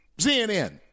CNN